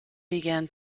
began